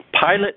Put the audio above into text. pilot